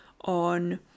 on